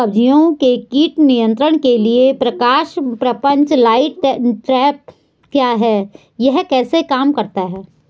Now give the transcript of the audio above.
सब्जियों के कीट नियंत्रण के लिए प्रकाश प्रपंच लाइट ट्रैप क्या है यह कैसे काम करता है?